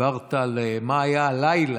דיברת על מה היה הלילה.